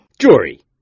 Jory